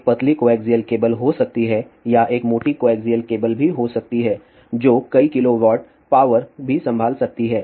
एक पतली coaxial cable हो सकती है या एक मोटी कोएक्सिअल केबल भी हो सकती है जो कई किलोवाट पावर भी संभाल सकती है